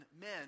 men